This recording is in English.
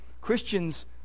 Christians